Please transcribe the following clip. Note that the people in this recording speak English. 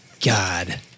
God